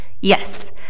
Yes